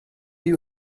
you